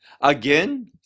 Again